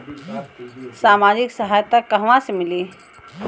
सामाजिक सहायता कहवा से मिली?